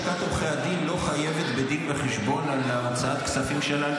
לשכת עורכי הדין לא חייבת בדין וחשבון לשום גורם על הוצאת הכספים שלה.